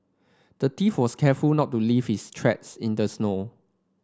the thief was careful not to leave his tracks in the snow